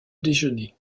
déjeuner